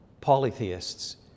polytheists